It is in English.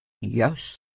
Yes